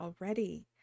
already